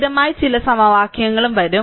സ്ഥിരമായ ചില സമവാക്യം വരും